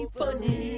funny